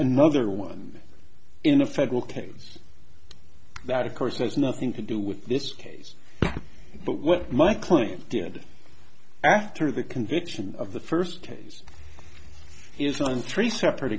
another one in a federal case that of course has nothing to do with this case but what my client did after the conviction of the first case is one tree separate